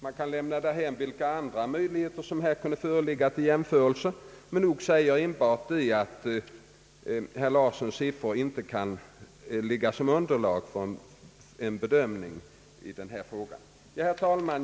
Man kan lämna därhän vilka andra möjligheter som kunde föreligga till jämförelser, men nog säger enbart detta exempel, att herr Larssons siffror inte kan tjäna som underlag för en bedömning i den här frågan. Herr talman!